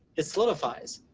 it solidifies,